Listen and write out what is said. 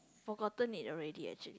forgotten it already actually